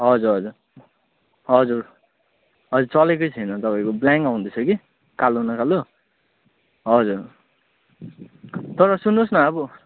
हजुर हजुर हजुर हजुर चलेकै छैन तपाईँको ब्लाङ्क आउँदैछ कि कालो न कालो हजुर तर सुन्नुहोस् न अब